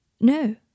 No